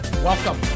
Welcome